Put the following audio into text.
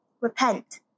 Repent